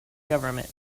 government